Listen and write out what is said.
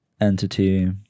entity